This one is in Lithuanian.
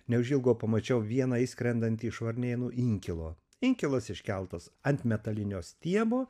neužilgo pamačiau vieną išskrendantį iš varnėnų inkilo inkilas iškeltas ant metalinio stiebo